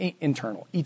Internal